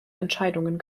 entscheidungen